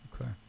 Okay